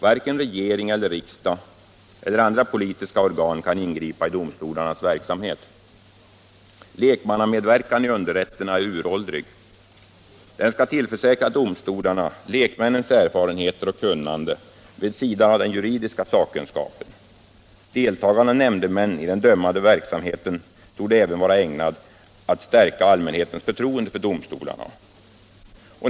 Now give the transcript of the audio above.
Varken regering eller riksdag eller andra politiska organ kan ingripa i domstolarnas verksamhet. Lekmannamedverkan i underrätterna är uråldrig. Den skall tillförsäkra domstolarna lekmännens erfarenheter och kunnande vid sidan av den juridiska sakkunskapen. Deltagande av nämndemän i den dömande verksamheten torde även vara ägnat att stärka allmänhetens förtroende för domstolarna.